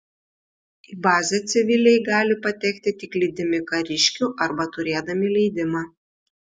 į bazę civiliai gali patekti tik lydimi kariškių arba turėdami leidimą